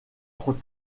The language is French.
trop